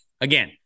Again